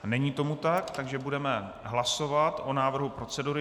Není tomu tak, takže budeme hlasovat o návrhu procedury.